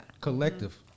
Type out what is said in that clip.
collective